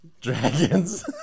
dragons